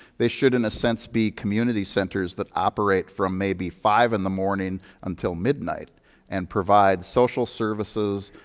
they should, in a sense, be community centers that operate from, maybe, five in the morning until midnight and provide social services,